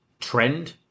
trend